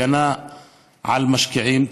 הגנה על משקיעים,